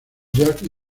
jacques